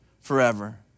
forever